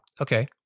Okay